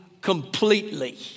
completely